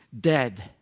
dead